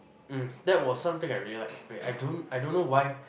mm that was something I really like I don't I don't know why